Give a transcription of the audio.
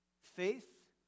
faith